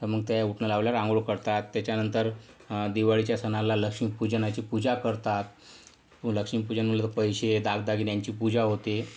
तर मग ते उटणं लावल्यावर अंघोळ करतात त्याच्यानंतर दिवाळीच्या सणाला लक्ष्मीपूजनाची पूजा करतात लक्ष्मीपूजनला पैसे दागदागिन्यांची पूजा होते